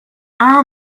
our